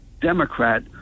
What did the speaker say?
Democrat